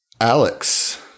Alex